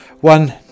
One